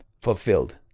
fulfilled